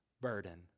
burden